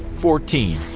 fourteen.